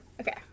Okay